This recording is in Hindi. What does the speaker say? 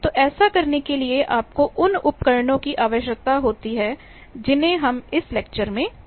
तो ऐसा करने के लिए आपको उन उपकरणों की आवश्यकता होती है जिन्हें हम इस लेक्चर में समझेंगे